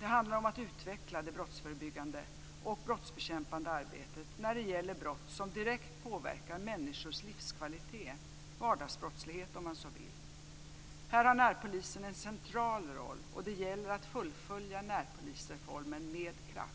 Det handlar om att utveckla det brottsförebyggande och brottsbekämpande arbetet när det gäller brott som direkt påverkar människors livskvalitet - vardagsbrottslighet, om man så vill. Här har närpolisen en central roll, och det gäller att fullfölja närpolisreformen med kraft.